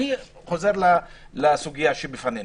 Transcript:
אני חוזר לסוגיה שבפנינו.